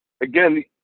Again